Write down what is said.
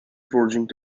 forging